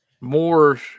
more